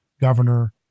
governor